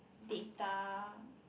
data